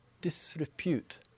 disrepute